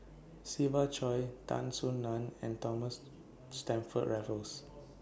Siva Choy Tan Soo NAN and Thomas Stamford Raffles